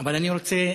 אבל אני רוצה